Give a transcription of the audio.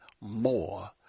more